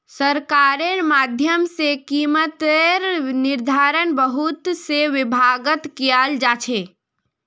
सरकारेर माध्यम से कीमतेर निर्धारण बहुत से विभागत कियाल जा छे